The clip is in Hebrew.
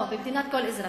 לא, במדינת כל אזרחיה.